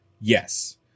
yes